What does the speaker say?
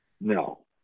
No